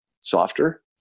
softer